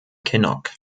kinnock